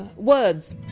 and words!